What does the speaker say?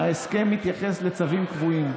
ההסכם מתייחס לצווים קבועים.